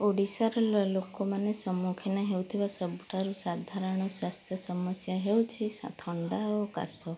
ଓଡ଼ିଶାର ଲୋକମାନେ ସମ୍ମୁଖୀନ ହେଉଥିବା ସବୁଠାରୁ ସାଧାରଣ ସ୍ୱାସ୍ଥ୍ୟ ସମସ୍ୟା ହେଉଛି ଥଣ୍ଡା ଓ କାଶ